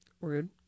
Rude